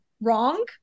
wrong